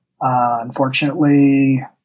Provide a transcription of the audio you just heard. unfortunately